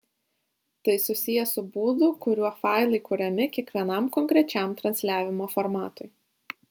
tai susiję su būdu kuriuo failai kuriami kiekvienam konkrečiam transliavimo formatui